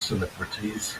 celebrities